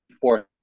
fourth